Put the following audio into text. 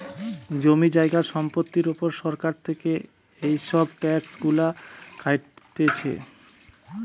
জমি জায়গা সম্পত্তির উপর সরকার থেকে এসব ট্যাক্স গুলা কাটতিছে